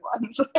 ones